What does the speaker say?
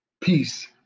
Peace